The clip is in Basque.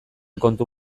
kontu